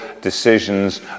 decisions